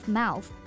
mouth